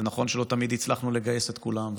זה נכון שלא תמיד הצלחנו לגייס את כולם,